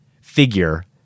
figure